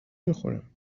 میخورن